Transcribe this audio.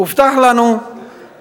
הובטח לנו לפני,